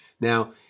Now